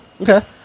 Okay